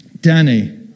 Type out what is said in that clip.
Danny